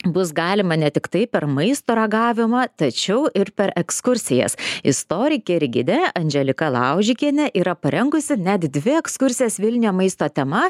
bus galima ne tiktai per maisto ragavimą tačiau ir per ekskursijas istorikė ir gidė andželika laužikiene yra parengusi net dvi ekskursijas vilniuje maisto tema